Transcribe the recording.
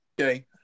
Okay